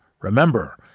Remember